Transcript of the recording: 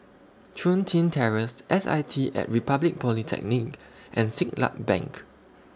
Chun Tin Terrace S I T At Republic Polytechnic and Siglap Bank